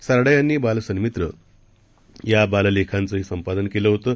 सारडा यांनी बालसन्मित्र या बाललेखांचंही संपादन केलं होतं